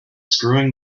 screwing